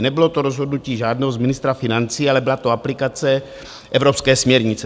Nebylo to rozhodnutí žádného z ministra financí, ale byla to aplikace evropské směrnice.